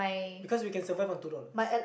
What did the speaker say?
because we can survive on two dollars